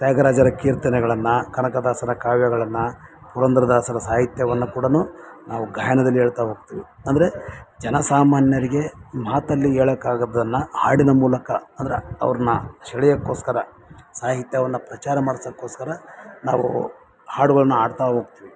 ತ್ಯಾಗರಾಜರ ಕೀರ್ತನೆಗಳನ್ನು ಕನಕದಾಸರ ಕಾವ್ಯಗಳನ್ನು ಪುರಂದರದಾಸರ ಸಾಹಿತ್ಯವನ್ನು ಕೂಡ ನಾವು ಗಾಯನದಲ್ಲಿ ಹೇಳ್ತಾ ಹೋಗ್ತೀವಿ ಅಂದರೆ ಜನ ಸಾಮಾನ್ಯರಿಗೆ ಮಾತಲ್ಲಿ ಹೇಳೋಕಾಗದ್ದನ್ನು ಹಾಡಿನ ಮೂಲಕ ಅಂದರೆ ಅವ್ರನ್ನ ಸೆಳೆಯೋಕೋಸ್ಕರ ಸಾಹಿತ್ಯವನ್ನು ಪ್ರಚಾರ ಮಾಡಿಸೋಕೋಸ್ಕರ ನಾವೂ ಹಾಡುಗಳನ್ನ ಹಾಡ್ತಾ ಹೋಗ್ತೀವಿ